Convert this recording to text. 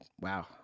wow